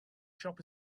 shop